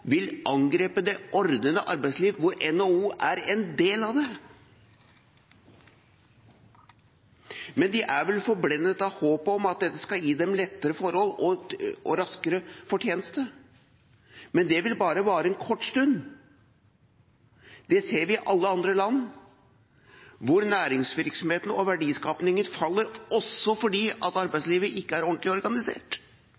vil angripe det ordnede arbeidslivet, og NHO er en del av det. De er vel forblindet av håpet om at det skal gi dem lettere forhold og raskere fortjeneste, men det vil bare vare en kort stund. Det ser vi i alle andre land, hvor næringsvirksomhet og verdiskaping faller også fordi